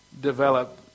develop